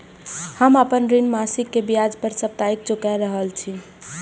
हम आपन ऋण मासिक के ब्याज साप्ताहिक चुका रहल छी